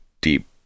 deep